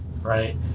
Right